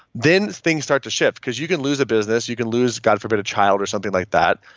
then things start to shift because you can lose a business, you can lose, god forbid a child or something like that,